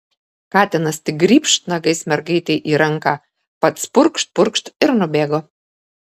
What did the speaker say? katinas tik grybšt nagais mergaitei į ranką pats purkšt purkšt ir nubėgo